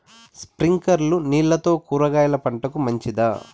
స్ప్రింక్లర్లు నీళ్లతో కూరగాయల పంటకు మంచిదా?